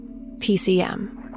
PCM